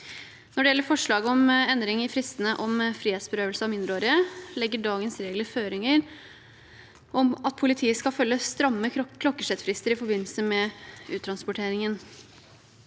Når det gjelder forslaget om endring i fristene ved frihetsberøvelse av mindreårige, legger dagens regler føringer om at politiet skal følge stramme klokkeslettfrister i forbindelse med uttransportering.